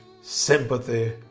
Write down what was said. sympathy